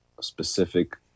specific